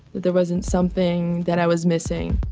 there wasn't something that i was missing.